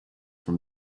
from